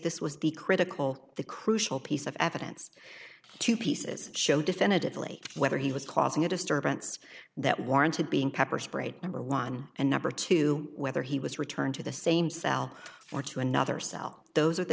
this was the critical the crucial piece of evidence to pieces show definitively whether he was causing a disturbance that warranted being pepper sprayed number one and number two whether he was returned to the same cell or to another cell those are the